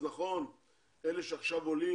נכון שאלה שעכשיו עולים,